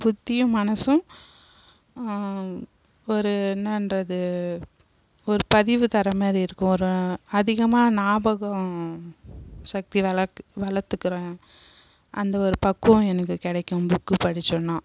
புத்தியும் மனதும் ஒரு என்னன்றது ஒரு பதிவு தர்ற மாதிரி இருக்கும் ஒரு அதிகமாக ஞாபகம் சக்தி வளத்துக்குறேன் அந்த ஒரு பக்குவம் எனக்கு கிடைக்கும் புக்கு படித்தோன்னா